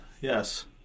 yes